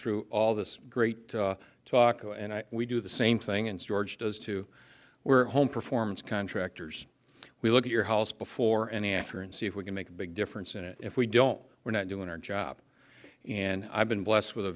through all this great talk and we do the same thing and george does too we're home performance contractors we look at your house before and after and see if we can make a big difference and if we don't we're not doing our job and i've been blessed with a